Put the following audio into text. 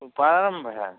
वह प्रारंभ है